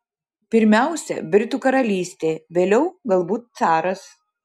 pirmiausia britų karalystė vėliau galbūt caras